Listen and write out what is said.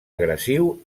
agressiu